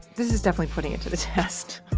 this is definitely putting it to the test